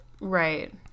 Right